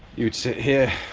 you would sit here,